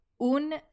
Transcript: Un